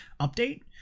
update